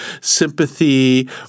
sympathy